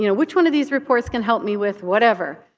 you know which one of these reports can help me with whatever,